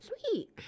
Sweet